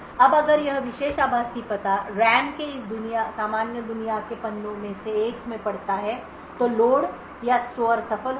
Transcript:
अब अगर यह विशेष आभासी पता रैम में इस सामान्य दुनिया के पन्नों में से एक में पड़ता है तो लोड या स्टोर सफल होगा